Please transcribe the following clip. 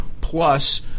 plus